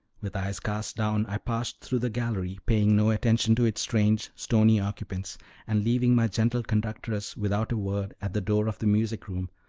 with eyes cast down i passed through the gallery, paying no attention to its strange, stony occupants and leaving my gentle conductress without a word at the door of the music-room,